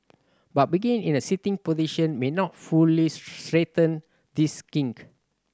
but begin in a sitting position may not fully straighten this kink